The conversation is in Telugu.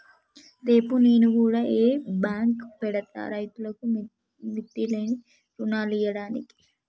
రేపు నేను గుడ ఓ బాంకు పెడ్తా, రైతులకు మిత్తిలేని రుణాలియ్యడానికి